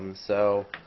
and so